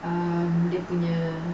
um